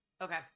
Okay